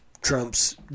trump's